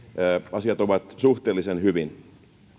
asiat ovat suhteellisen hyvin